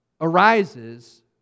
arises